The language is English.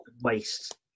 waste